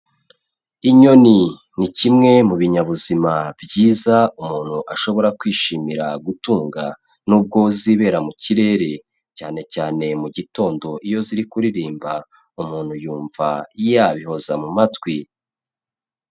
Inyoni ni kimwe mu binyabuzima byiza umuntu ashobora kwishimira gutunga n'ubwo zibera mu kirere, cyane cyane mu gitondo iyo ziri kuririmba umuntu yumva yabihoza mu matwi.